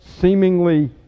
seemingly